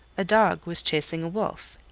a dog was chasing a wolf,